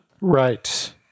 Right